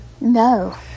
No